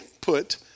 put